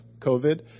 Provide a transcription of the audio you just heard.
COVID